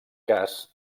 cas